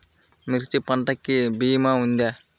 మిర్చి పంటకి భీమా ఉందా?